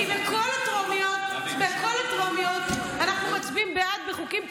כי בכל הטרומיות אנחנו מצביעים בעד בחוקים טובים.